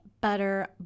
butter